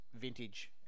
vintage